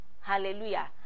Hallelujah